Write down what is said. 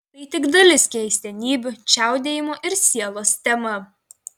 tai tik dalis keistenybių čiaudėjimo ir sielos tema